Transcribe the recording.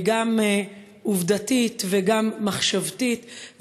גם עובדתית וגם מחשבתית,